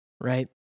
right